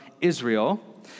Israel